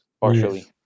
partially